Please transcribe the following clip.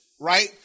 right